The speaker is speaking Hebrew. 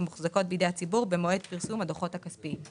המוחזקות בידי הציבור במועד פרסום הדוחות הכספיים".